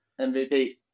mvp